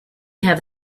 have